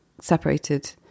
separated